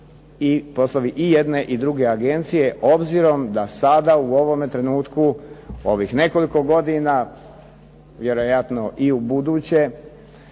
i poslovi i jedne i druge agencije, obzirom da sada u ovome trenutku ovih nekoliko godina, vjerojatno i ubuduće,